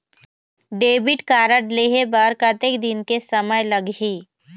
Debit card लेहे बर कतेक दिन के समय लगही?